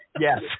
Yes